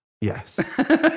Yes